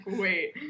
wait